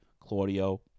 Claudio